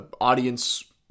audience